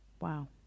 Wow